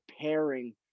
pairing